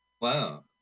Wow